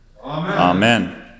Amen